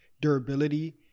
durability